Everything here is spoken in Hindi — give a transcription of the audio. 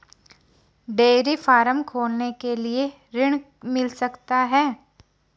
डेयरी फार्म खोलने के लिए ऋण मिल सकता है?